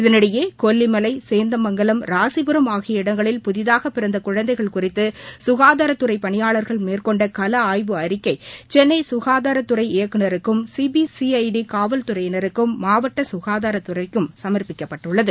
இதனிடையே கொல்லிமலை சேந்தமங்கலம் ராசிபுரம் ஆகிய இடங்களில் புதிதாக பிறந்த குழந்தைகள் குறித்து காதாரத்துறை பணியாளர்கள் மேற்கொண்ட களஆய்வு அறிக்கை சென்னை குகாதாரரத்துறை இயக்குனருக்கும் சிபிசிஐடி காவல்துறையினருக்கும் மாவட்ட சுகாதாரத்துறைக்கு சமர்ப்பிக்கப்பட்டுள்ளது